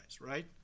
right